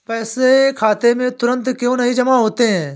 पैसे खाते में तुरंत क्यो नहीं जमा होते हैं?